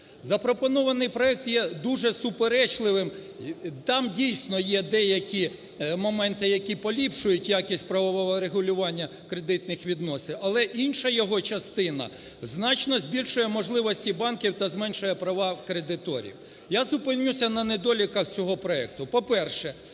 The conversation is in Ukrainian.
Запропонований проект є дуже суперечливим. Там, дійсно, є деякі моменти, які поліпшують якість правового регулювання кредитних відносин. Але інша його частина значно збільшує можливості банків та зменшує права кредиторів. Я зупинюся на недоліках цього проекту. По-перше,